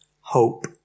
hope